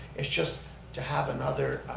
it's just to have another